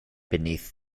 beneath